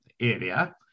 area